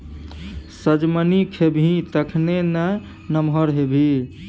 सजमनि खेबही तखने ना नमहर हेबही